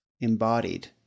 embodied